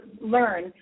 learn